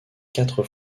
quatre